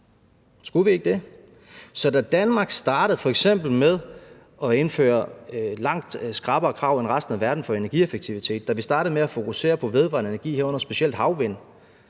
Skulle vi ikke det? Så da Danmark f.eks. startede med at indføre langt skrappere krav end resten af verden for energieffektivitet, og da vi startede med at fokusere på vedvarende energi, herunder specielt havvind,